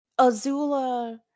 Azula